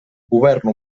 govern